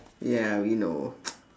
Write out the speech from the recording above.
yeah we know